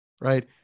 Right